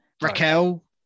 Raquel